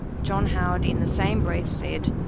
john howard in the same breath said,